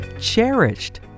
cherished